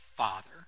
father